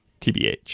TBH